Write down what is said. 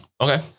Okay